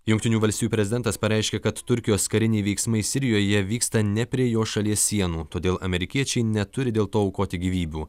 jungtinių valstijų prezidentas pareiškė kad turkijos kariniai veiksmai sirijoje vyksta ne prie jo šalies sienų todėl amerikiečiai neturi dėl to aukoti gyvybių